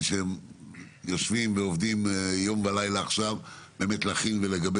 שיושבים ועובדים יום ולילה כדי לגבש